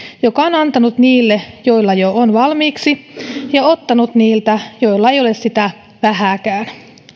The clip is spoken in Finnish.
joka on antanut niille joilla jo on valmiiksi ja ottanut niiltä joilla ei ole sitä vähääkään